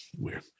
weird